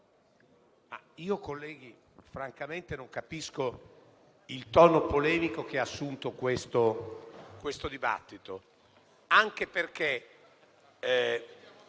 colleghi, francamente non capisco il tono polemico che ha assunto questo dibattito, anche perché